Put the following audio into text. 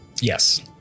Yes